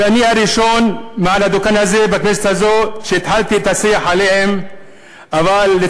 ואני הראשון בכנסת הזו שהתחיל את השיח עליהם מעל הדוכן הזה.